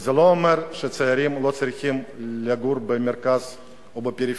וזה לא אומר שצעירים לא צריכים לגור במרכז ובפריפריה.